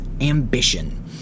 ambition